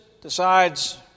decides